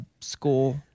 school